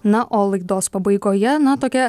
na o laidos pabaigoje na tokia